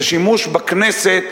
זה שימוש בכנסת,